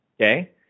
Okay